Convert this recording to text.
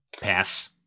Pass